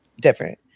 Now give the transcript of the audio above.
different